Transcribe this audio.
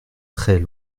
très